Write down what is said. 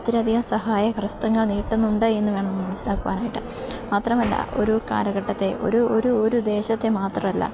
ഒത്തിരിയധികം സഹായഹസ്തങ്ങൾ നീട്ടുന്നുണ്ടെന്ന് വേണം മനസ്സിലാക്കുവാനായിട്ട് മാത്രമല്ല ഒരു കാലഘട്ടത്തെ ഒരു ഒരു ഒരു ദേശത്തെ മാത്രമല്ല